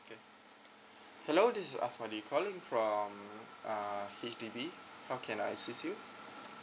okay hello this is A S M A D I calling from uh H_D_B how can I assist you